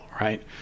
right